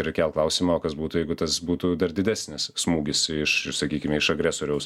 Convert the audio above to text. ir kelt klausimą o kas būtų jeigu tas būtų dar didesnis smūgis iš iš sakykime iš agresoriaus